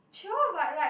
chio but like